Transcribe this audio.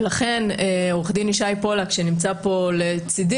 ולכן, עורך דין ישי פולק, שנמצא פה לצידי,